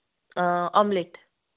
omelette